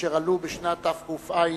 אשר עלו בשנת תק"ע,